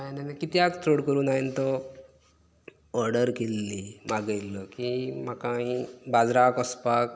हांवेन कित्याक चड करून हांयेन तो ऑर्डर केल्ली मागयल्ली की म्हाका ही बाजरांत वचपाक